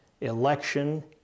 Election